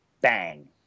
bang